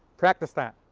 practice that!